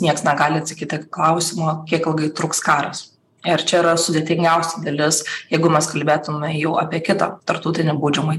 nieks negali atsakyti klausimo kiek ilgai truks karas ir čia yra sudėtingiausia dalis jeigu mes kalbėtume jau apie kitą tarptautinį baudžiamąjį